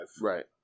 Right